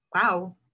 wow